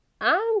I'm